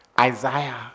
Isaiah